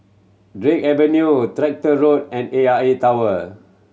Drake Avenue Tractor Road and A I A Tower